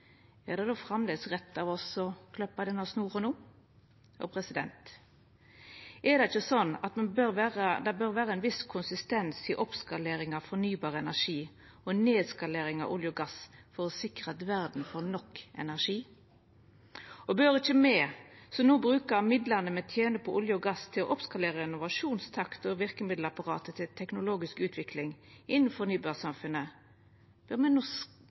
er det framleis rett av oss å klippa denne snora no? Er det ikkje slik at det bør vera ein viss konsistens i oppskalering av fornybar energi og nedskalering av olje og gass for å sikra at verda får nok energi? Og bør me, som no bruker av midlane me tener på olje og gass, til å oppskalera innovasjonstakt og verkemiddelapparat til teknologisk utvikling innan fornybarsamfunnet, kutta denne strengen til inntekt? Og bør me,